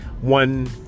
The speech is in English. one